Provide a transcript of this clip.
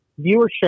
viewership